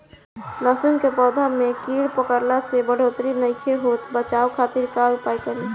लहसुन के पौधा में कीड़ा पकड़ला से बढ़ोतरी नईखे होत बचाव खातिर का उपाय करी?